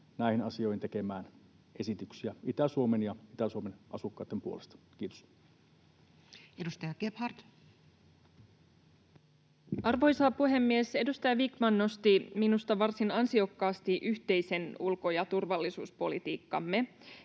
näihin asioihin tekemään esityksiä Itä-Suomen ja Itä-Suomen asukkaitten puolesta. — Kiitos. Edustaja Gebhard. Arvoisa puhemies! Edustaja Vikman nosti minusta varsin ansiokkaasti yhteisen ulko- ja turvallisuuspolitiikkamme,